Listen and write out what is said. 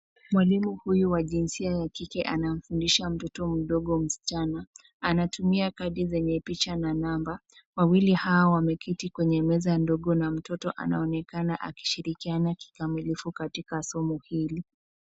Mwalimu huyu wa jinsia ya kike anamfundisha mtoto mdogo msichana. Anatumia kadi zenye picha na namba. Wawili hawa wameketi kwenye meza ndogo, na mtoto anaonekana akishirikiana kikamilifu katika somo hili.